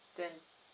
ten